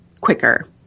quicker